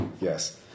Yes